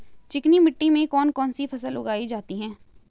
चिकनी मिट्टी में कौन कौन सी फसल उगाई जाती है?